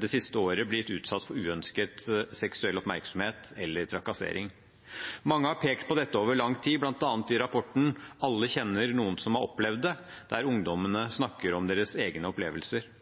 det siste året blitt utsatt for uønsket seksuell oppmerksomhet eller trakassering. Mange har pekt på dette over lang tid, bl.a. i rapporten Alle kjenner noen som har opplevd det, der ungdommene snakker om sine egne opplevelser.